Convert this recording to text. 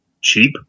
cheap